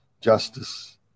justice